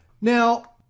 Now